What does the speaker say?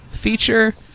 Feature